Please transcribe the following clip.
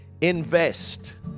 invest